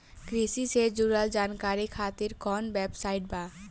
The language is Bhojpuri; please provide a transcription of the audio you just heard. कृषि से जुड़ल जानकारी खातिर कोवन वेबसाइट बा?